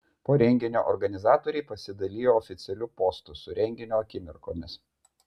po renginio organizatoriai pasidalijo oficialiu postu su renginio akimirkomis